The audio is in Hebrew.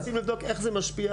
אנחנו מנסים לבדוק איך זה משפיע.